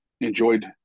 enjoyed